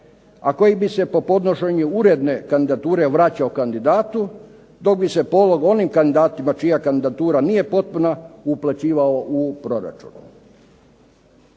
a koji bi se po podnošenju uredne kandidature vraćao kandidatu dok bi se polog onim kandidatima čija kandidatura nije potpuna uplaćivao u proračun.